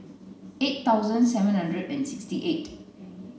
eight thousand seven hundred and sixty eight